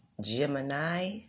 Gemini